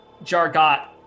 Jargot